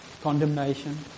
condemnation